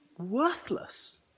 worthless